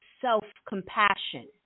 self-compassion